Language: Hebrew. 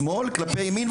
שמאל כלפי ימין.